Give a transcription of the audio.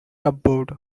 cupboard